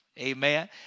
Amen